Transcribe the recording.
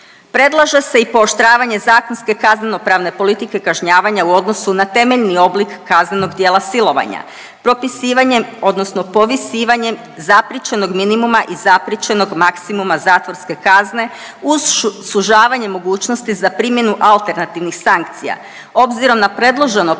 Predlaže se i pooštravanje zakonske kaznenopravne politike kažnjavanja u odnosu na temeljni oblik kaznenog djela silovanja propisivanjem odnosno povisivanjem zapriječenog minimuma i zapriječenog maksimuma zatvorske kazne uz sužavanje mogućnosti za primjenu alternativnih sankcija. Obzirom na predloženo povisivanje